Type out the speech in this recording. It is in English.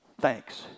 thanks